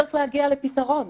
וצריך להגיע לפתרון.